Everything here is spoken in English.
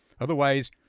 Otherwise